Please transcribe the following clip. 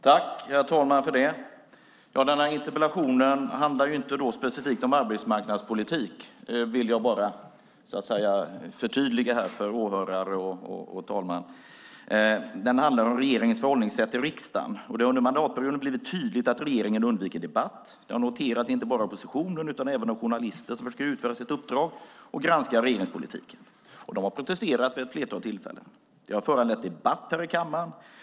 Herr talman! Interpellationen handlar ju inte specifikt om arbetsmarknadspolitik. Det vill jag förtydliga för åhörarna och talmannen. Den handlar om regeringens förhållningssätt till riksdagen. Under mandatperioden har det blivit tydligt att regeringen undviker debatt. Det har noterats inte bara av oppositionen utan även av journalister som försöker utföra sitt uppdrag och granska regeringens politik. De har protesterat vid ett flertal tillfällen. Det har föranlett debatt här i kammaren.